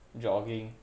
jogging